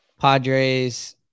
Padres